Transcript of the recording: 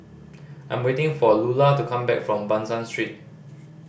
I'm waiting for Lulla to come back from Ban San Street